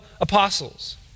apostles